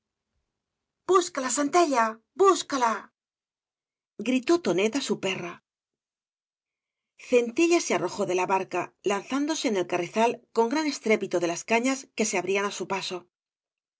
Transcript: búscala sentella búscala gritó tonet á su perra centella se arrojó de la barca lanzándose en el carrizal con gran estrépito de las cañas que se abrían á su paso